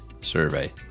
survey